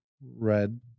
red